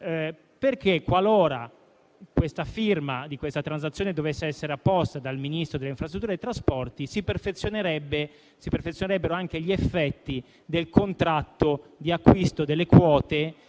Aspi. Qualora la firma della transazione dovesse essere apposta dal Ministro delle infrastrutture e della mobilità sostenibili, si perfezionerebbero anche gli effetti del contratto di acquisto delle quote